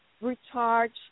recharge